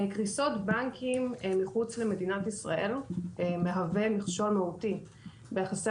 קריסות בנקים מחוץ למדינת ישראל מהוות מכשול מהותי ביחסי